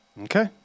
Okay